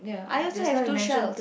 I also have two shells